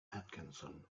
atkinson